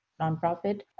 nonprofit